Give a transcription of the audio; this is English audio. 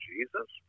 Jesus